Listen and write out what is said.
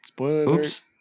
oops